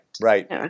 right